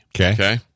Okay